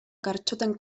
gartxoten